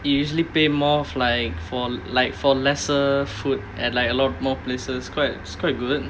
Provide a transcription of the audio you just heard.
it usually pay more for like for like for lesser food and like a lot more places quite it's quite good